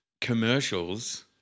commercials